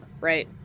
right